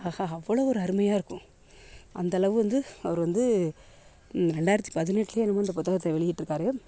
ஆஹா அவ்வளோ ஒரு அருமையாக இருக்கும் அந்த அளவு வந்து அவர் வந்து ரெண்டாயிரத்தி பதினெட்டுலேயே என்னமோ இந்த புத்தகத்தை வெளியிட்டு இருக்கார்